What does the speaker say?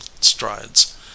strides